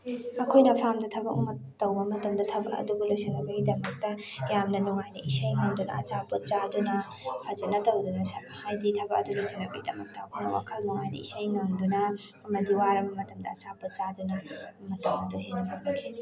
ꯑꯩꯈꯣꯏꯅ ꯐꯥꯔꯝꯗ ꯊꯕꯛ ꯑꯃ ꯇꯧꯕ ꯃꯇꯝꯗ ꯊꯕꯛ ꯑꯗꯨꯕꯨ ꯂꯣꯏꯁꯟꯅꯕꯒꯤꯗꯃꯛꯇ ꯌꯥꯝꯅ ꯅꯨꯡꯉꯥꯏꯅ ꯏꯁꯩ ꯉꯪꯗꯨꯅ ꯑꯆꯥꯄꯣꯠ ꯆꯥꯗꯨꯅ ꯐꯖꯅ ꯇꯧꯗꯨꯅ ꯍꯥꯏꯗꯤ ꯊꯕꯛ ꯑꯗꯨ ꯂꯣꯏꯁꯟꯅꯕꯒꯤꯗꯃꯛꯇ ꯑꯩꯈꯣꯏꯅ ꯋꯥꯈꯜ ꯅꯨꯡꯉꯥꯏꯅ ꯏꯁꯩ ꯉꯪꯗꯨꯅ ꯑꯃꯗꯤ ꯋꯥꯔꯕ ꯃꯇꯝꯗ ꯑꯆꯥꯄꯣꯠ ꯆꯥꯗꯨꯅ ꯃꯇꯝ ꯑꯗꯨ ꯍꯦꯟꯅ ꯄꯤꯕꯤꯈꯤ